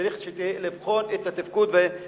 צריך לבחון את התפקוד והניהול.